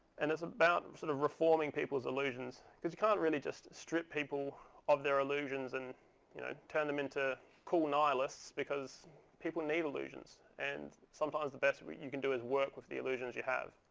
and it's about and sort of reforming people's illusions, because you can't really just strip people of their illusions and you know turn them into cool nihilists, because people need illusions. and sometimes the best but you can do is work with the illusions you have.